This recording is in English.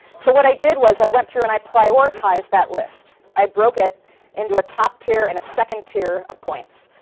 so what i did was, i went through and i prioritized that list. i broke it into a top tier and a second tier of points,